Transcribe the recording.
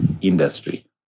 industry